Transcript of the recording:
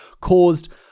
caused